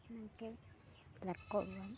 তেনেকে এইবিলাক কৰোঁ আৰু